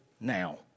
now